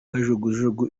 kajugujugu